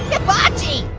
hibachi.